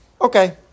okay